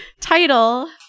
title